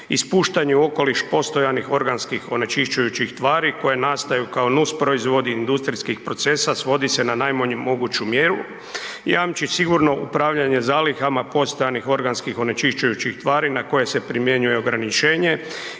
ispuštanje u okoliš postojanih organskih onečišćujućih tvari koje nastaju kao nus proizvodi industrijskih procesa svodi se na najmanju moguću mjeru, jamči sigurno upravljanje zalihama postojanih organskih onečišćujućih tvari na koje se primjenjuje ograničenje